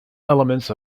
elements